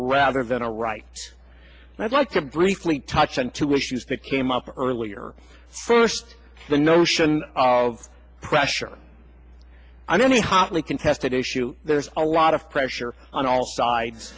rather than a right and i'd like to briefly touch on two issues that came up earlier first the notion of pressure on any hotly contested issue there's a lot of pressure on all sides